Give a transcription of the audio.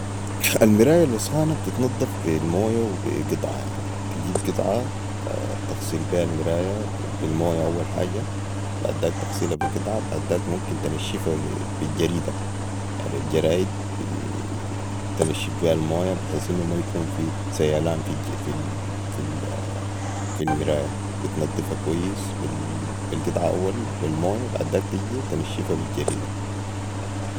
المرايه الوسخانه بتتنضفا بي مويه وبي قطعه يعني تجيب قطعة تغسل بيها المرايه بي المويه اول حاجه بعداك تغسلا بي قطعة بعداك ممكن تنشفا بي الجريدة يعني الجرائد تنشف بيها المويه بحيث انو مايكون في سيلان في المرايه بتنضفا كويس بي القطعه اول وبي المويه بعداك تجي تنشفا بي الجريدة